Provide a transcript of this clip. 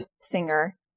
singer